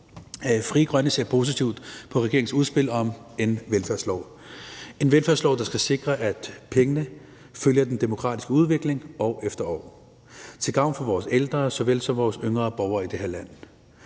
Frie Grønne ser positivt på regeringens udspil om en velfærdslov. Det er en velfærdslov, der skal sikre, at pengene følger den demografiske udvikling år efter år til gavn for vores ældre såvel som vores yngre borgere i det her land.